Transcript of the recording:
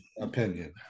opinion